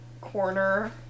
corner